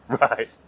Right